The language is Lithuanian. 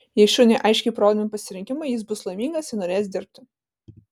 jei šuniui aiškiai parodomi pasirinkimai jis bus laimingas ir norės dirbti